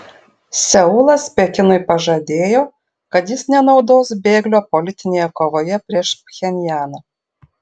seulas pekinui pažadėjo kad jis nenaudos bėglio politinėje kovoje prieš pchenjaną